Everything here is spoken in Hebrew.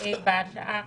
בהצעה חריגה,